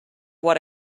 what